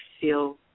feel